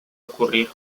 ocurrir